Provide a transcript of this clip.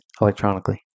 electronically